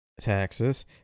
Taxes